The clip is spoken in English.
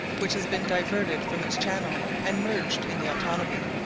which has been diverted from its channel, and merged in the otanabee.